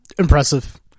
Impressive